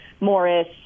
Morris